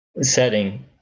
setting